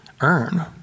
earn